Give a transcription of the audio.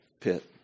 pit